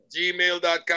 gmail.com